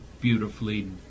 beautifully